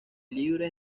libre